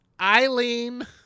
eileen